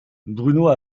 bruno